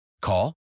Call